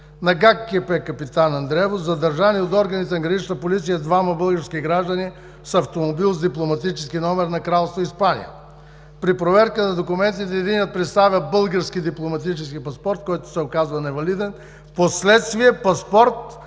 на ГКПП „Капитан Андреево“ задържани от органите на „Гранична полиция“ са двама български граждани с автомобил с дипломатически номер на Кралство Испания. При проверка на документите единият представя български дипломатически паспорт, който се оказва невалиден, впоследствие паспорт